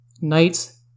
knights